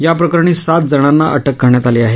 या प्रकरणी सात जणांना अटक करण्यात आली आहे